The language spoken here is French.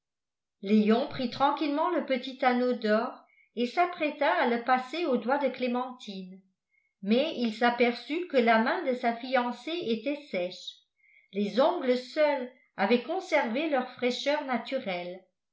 léon prit tranquillement le petit anneau d'or et s'apprêta à le passer au doigt de clémentine mais il s'aperçut que la main de sa fiancée était sèche les ongles seuls avaient conservé leur fraîcheur naturelle